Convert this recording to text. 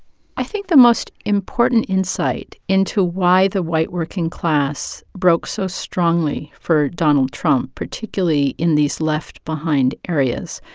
i think the most important insight into why the white working class broke so strongly for donald trump, particularly in these left-behind areas,